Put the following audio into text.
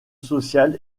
social